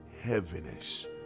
heaviness